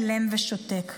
אילם ושותק.